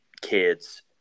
kids